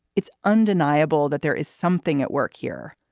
it's undeniable that there is something at work here.